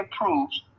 approved